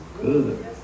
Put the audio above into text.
Good